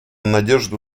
надежду